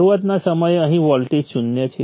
શરુઆતના સમયે અહીં વોલ્ટેજ શૂન્ય છે